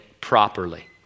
properly